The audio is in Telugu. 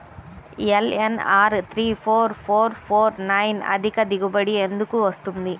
LNR three four four four nine అధిక దిగుబడి ఎందుకు వస్తుంది?